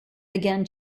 again